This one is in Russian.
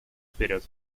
вперед